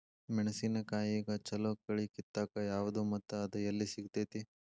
ಮೆಣಸಿನಕಾಯಿಗ ಛಲೋ ಕಳಿ ಕಿತ್ತಾಕ್ ಯಾವ್ದು ಮತ್ತ ಅದ ಎಲ್ಲಿ ಸಿಗ್ತೆತಿ?